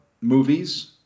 movies